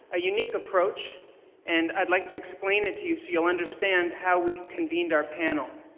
a unique approach and i'd like to explain it to you so you'll understand how we convened our panel.